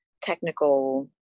technical